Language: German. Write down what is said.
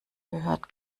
gehört